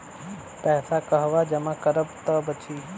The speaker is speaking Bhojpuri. पैसा कहवा जमा करब त बची?